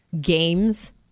games